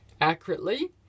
accurately